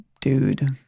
dude